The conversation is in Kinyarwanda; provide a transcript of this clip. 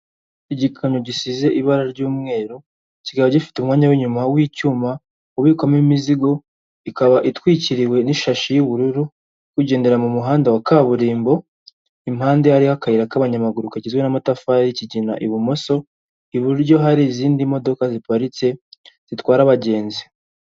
Igikamyo gisize ibara ry'umweru, kikaba gifite umwanya wa inyuma w'icyuma, ubikwamo imizigo, ikaba itwikiriwe n'ishashi y'ubururu igendera mu muhanda wa kaburimbo, impande hariho akayira k'abanyamaguru kagizwe n'amatafari y'ikigina ibumoso. Iburyo hari izindi modoka ziparitse zitwara abagenzi.